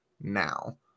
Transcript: now